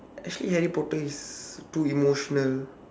actually harry potter is too emotional